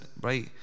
right